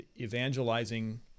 evangelizing